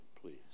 please